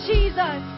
Jesus